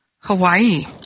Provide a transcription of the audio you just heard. Hawaii